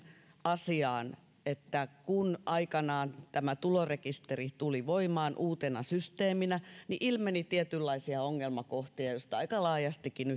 asiaan että kun aikanaan tämä tulorekisteri tuli voimaan uutena systeeminä niin ilmeni tietynlaisia ongelmakohtia joista aika laajastikin